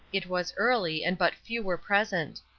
it was early and but few were present.